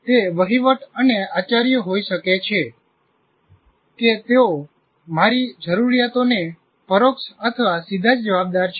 તે વહીવટ અને આચાર્ય હોઈ શકે છે કે તેઓ મારી જરૂરિયાતોને પરોક્ષ અથવા સીધા જવાબદાર છે